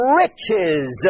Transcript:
riches